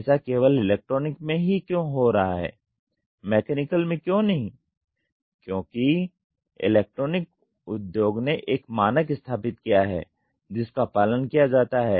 ऐसा केवल इलेक्ट्रॉनिक में ही क्यों हो रहा है मैकेनिकल में क्यों नहीं क्योंकि इलेक्ट्रॉनिक उद्योग ने एक मानक स्थापित किया है जिसका पालन किया जाता हैं